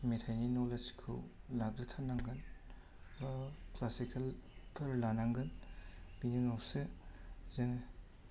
मेथाइनि न'लेज खौ लाग्रोथारनांगोन बा क्लासिकेल फोर लानांगोन बेनि उनावसो जोङो